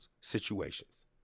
situations